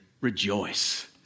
rejoice